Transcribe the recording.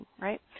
right